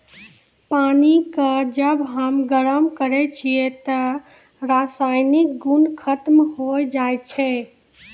पानी क जब हम गरम करै छियै त रासायनिक गुन खत्म होय जाय छै